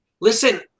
listen